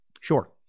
Sure